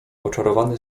oczarowany